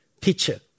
teacher